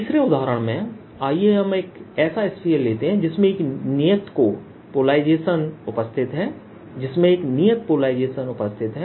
तीसरे उदाहरण के रूप में आइए हम एक ऐसा स्फीयर लेते है जिसमें एक नियत को पोलराइजेशन उपस्थित है